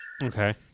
Okay